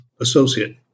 associate